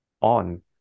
on